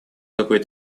какой